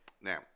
Now